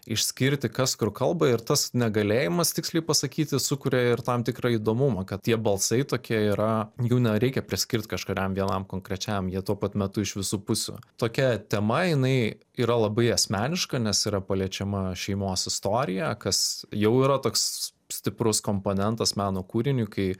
išskirti kas kur kalba ir tas negalėjimas tiksliai pasakyti sukuria ir tam tikrą įdomumą kad tie balsai tokie yra jų ne reikia priskirti kažkuriam vienam konkrečiam jie tuo pat metu iš visų pusių tokia tema jinai yra labai asmeniška nes yra paliečiama šeimos istorija kas jau yra toks stiprus komponentas meno kūriniui kai